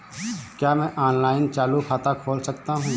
क्या मैं ऑनलाइन चालू खाता खोल सकता हूँ?